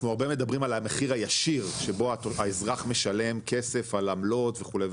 אנחנו הרבה מדברים על המחיר הישיר שבו האזרח משלם כסף על עמלות וכו',